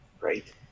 right